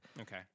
Okay